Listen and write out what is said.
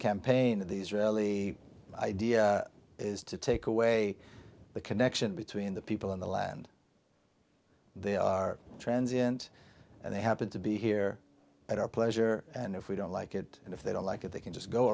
campaign that the israeli idea is to take away the connection between the people in the land they are trans int and they happen to be here at our pleasure and if we don't like it if they don't like it they can just go